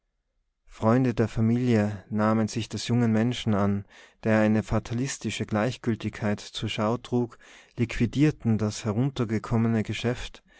freunde der familie nahmen sich des jungen menschen an der eine fatalistische gleichgültigkeit zur schau trug liquidierten das heruntergekommene geschäft